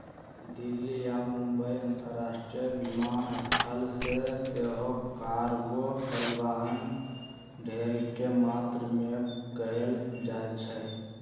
दिल्ली आऽ मुंबई अंतरराष्ट्रीय विमानस्थल से सेहो कार्गो परिवहन ढेरेक मात्रा में कएल जाइ छइ